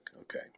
okay